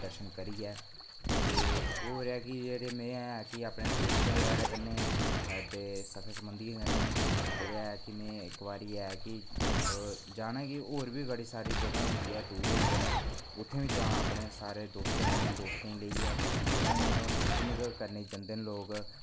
ते दर्शन करियै ते होर में ऐ कि जेह्ड़े में बी अपने दोस्तें यारें कन्नै सगे संबंधियें कन्नै जेह्ड़ा कि में ऐ की इक्क बारी जाना की होर बी बड़ी सारी जगह होंदियां टूर होंदे उत्थै बी जां अपने सारे दोस्तें कन्नै दोस्तें गी लेइयै जियां हून पिकनिक करने गी जंदे न लोग